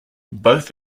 both